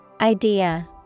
Idea